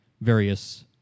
various